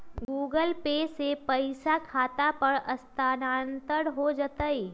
Google Pay से पईसा खाता पर स्थानानंतर हो जतई?